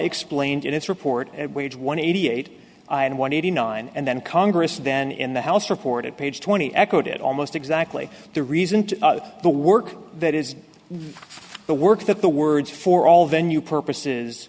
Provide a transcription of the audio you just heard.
explained in its report at wage one eighty eight and one eighty nine and then congress then in the house reported page twenty echoed it almost exactly the reason to the work that is the work that the words for all venue purposes